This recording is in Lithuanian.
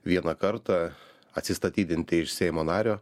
vieną kartą atsistatydinti iš seimo nario